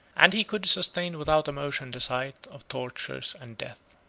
and he could sustain without emotion the sight of tortures and death.